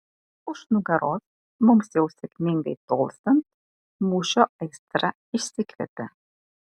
už nugaros mums jau sėkmingai tolstant mūšio aistra išsikvepia